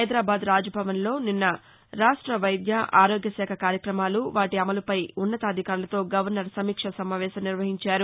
హైదరాబాద్ రాజ్భవన్లో నిన్న రాష్ట వైద్య ఆరోగ్యశాఖ కార్యక్రమాలు వాటి అమలుపై ఉన్నతాధికారులతో గవర్నర్ సమీక్షాసమావేశం నిర్వహించారు